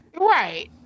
Right